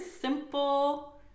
simple